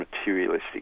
materialistic